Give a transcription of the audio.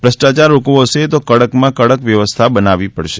ભ્રષ્ટાચાર રોકવો હશે તો કડકમાં કડક વ્યવસ્થા બનાવી પડશે